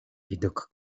widok